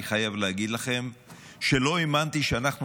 ואני חייב להגיד לכם שלא האמנתי שאנחנו